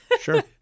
sure